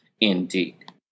indeed